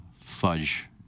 fudge